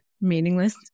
meaningless